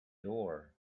door